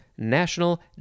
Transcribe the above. national